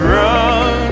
run